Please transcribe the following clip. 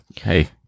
Hey